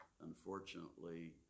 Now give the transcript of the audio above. unfortunately